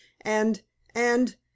and—and—